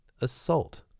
Assault